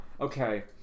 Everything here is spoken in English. okay